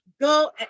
Go